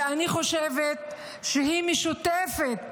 ואני חושבת שהיא משותפת